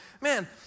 man